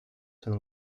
and